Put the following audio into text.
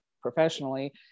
professionally